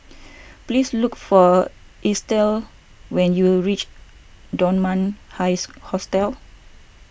please look for Estell when you reach Dunman High Hostel